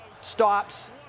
Stops